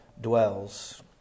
dwells